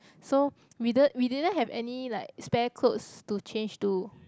so we d~ we didn't have any like spare clothes to change to